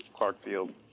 clarkfield